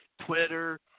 Twitter